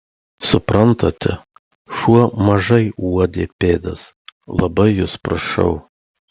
suprantate šuo mažai uodė pėdas labai jus prašau